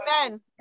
amen